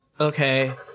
Okay